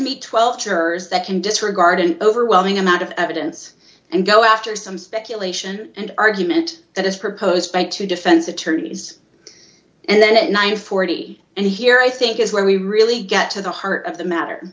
meet twelve jurors that can disregard an overwhelming amount of evidence and go after some speculation and argument that is proposed by two defense attorneys and then at nine hundred and forty and here i think is where we really get to the heart of the matter